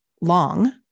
long